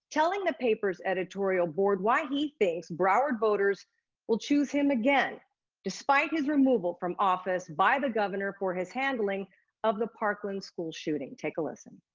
telling the paper's editorial board why he thinks broward voters will choose him again despite his removal from office by the governor for his handling of the parkland school shooting. take a listen.